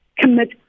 commit